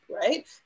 right